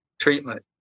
treatment